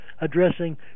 addressing